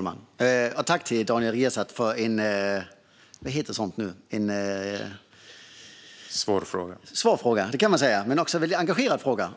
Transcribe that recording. Fru talman! Tack, Daniel Riazat, för en svår men också engagerad fråga!